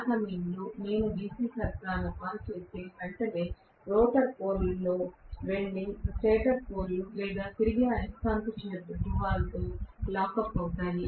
ఆ సమయంలో నేను DC సరఫరాను ఆన్ చేస్తే వెంటనే రోటర్ పోల్ వెళ్లి స్టేటర్ పోల్ లేదా తిరిగే అయస్కాంత క్షేత్ర ధ్రువాలతో లాక్ అప్ అవుతాయి